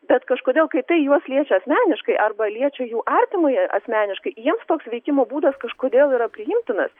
bet kažkodėl kai tai juos liečia asmeniškai arba liečia jų artimąjį asmeniškai jiems toks veikimo būdas kažkodėl yra priimtinas